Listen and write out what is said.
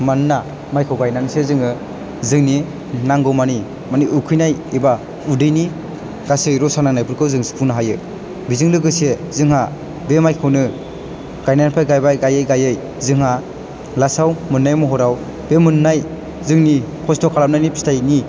मानोना माइखौ गाइनानैसो जोङो जोंनि नांगौमानि मानि उखैनाय एबा उदैनि गासै रसा नांनायफोरखौ जों सुफुंनो हायो बिजों लोगोसे जोंहा बे माइखौनो गायनायनिफ्राय गायबाय गायै गायै जोंहा लास्ट आव मोननाय महराव बे मोननाय जोंनि खस्थ' खालामनायनि फिथाइनि